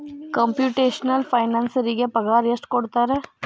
Computational ಫೈನಾನ್ಸರಿಗೆ ಪಗಾರ ಎಷ್ಟ್ ಕೊಡ್ತಾರ?